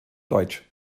deutsch